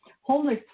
Homeless